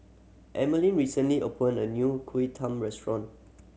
Emeline recently opened a new Kuih Talam restaurant